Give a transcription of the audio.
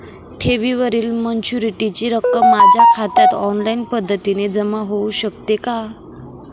ठेवीवरील मॅच्युरिटीची रक्कम माझ्या खात्यात ऑनलाईन पद्धतीने जमा होऊ शकते का?